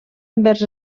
envers